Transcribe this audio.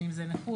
בין אם זה נכות,